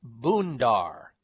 Boondar